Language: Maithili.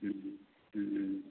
हूँ हूँ